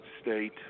state